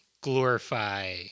glorify